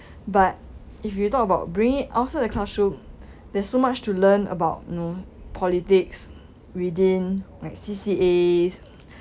but if you talk about bringing outside the classroom there's so much to learn about know politics within like C_C_As